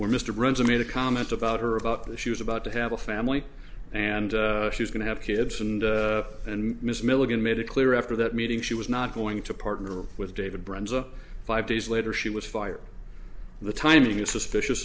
when mr bronson made a comment about her about the she was about to have a family and she is going to have kids and and mrs milligan made it clear after that meeting she was not going to partner with david bruns up five days later she was fired the timing is suspicious